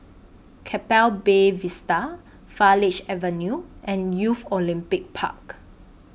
Keppel Bay Vista Farleigh Avenue and Youth Olympic Park